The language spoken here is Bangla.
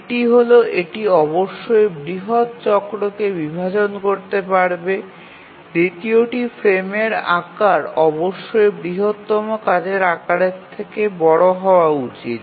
একটি হল এটি অবশ্যই বৃহত্ চক্রকে বিভাজন করতে পারবে দ্বিতীয়টি ফ্রেমের আকার অবশ্যই বৃহত্তম কাজের আকারের চেয়ে বড় হওয়া উচিত